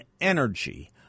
energy